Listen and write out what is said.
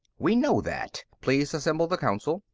we know that. please assemble the council.